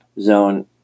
Zone